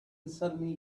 suddenly